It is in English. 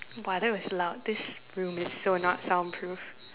!wah! that was loud this room is so not soundproof